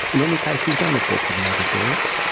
in any case, he's going to talk with the other jurors.